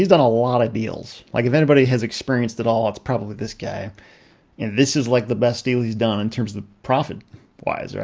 he's done a lot of deals. like if anybody has experienced it all it's probably this guy and this is like the best deal he's done in terms of profit wise. yeah